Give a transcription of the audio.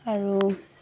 আৰু